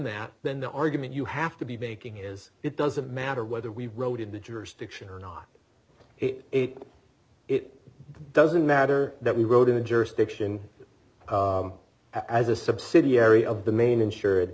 that then the argument you have to be making is it doesn't matter whether we wrote in the jurisdiction or not it ate it doesn't matter that we wrote in a jurisdiction as a subsidiary of the main insured